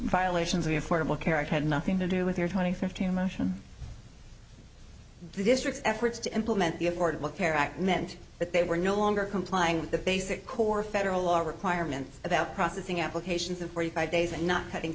violations of the affordable care act had nothing to do with their twenty fifteen motion districts efforts to implement the affordable care act meant that they were no longer complying with the basic or federal law requirements about processing applications of forty five days and not putting